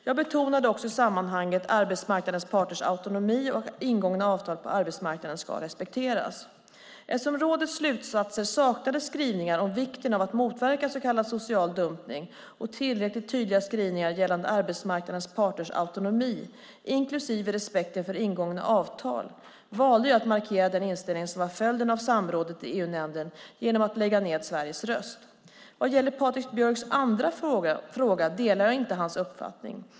Jag betonade också i sammanhanget arbetsmarknadens parters autonomi och att ingångna avtal på arbetsmarknaden ska respekteras. Eftersom rådets slutsatser saknade skrivningar om vikten av att motverka så kallad social dumpning och tillräckligt tydliga skrivningar gällande arbetsmarknadens parters autonomi, inklusive respekten för ingångna avtal, valde jag att markera den inställning som var följden av samrådet i EU-nämnden genom att lägga ned Sveriges röst. Vad gäller Patrik Björcks andra fråga delar jag inte hans uppfattning.